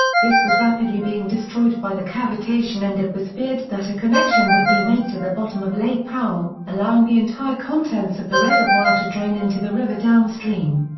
this was rapidly being destroyed by the cavitation and it was feared that a connection would be made to the bottom of lake powell, allowing the entire contents of the reservoir to drain into the river downstream.